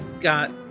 Got